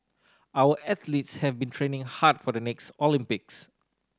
our athletes have been training hard for the next Olympics